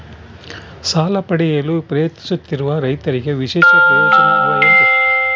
ಸಾಲ ಪಡೆಯಲು ಪ್ರಯತ್ನಿಸುತ್ತಿರುವ ರೈತರಿಗೆ ವಿಶೇಷ ಪ್ರಯೋಜನ ಅವ ಏನ್ರಿ?